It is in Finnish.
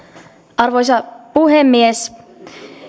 arvoisa puhemies